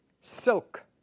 silk